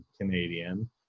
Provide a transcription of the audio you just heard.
Canadian